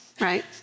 right